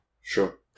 Sure